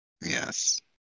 Yes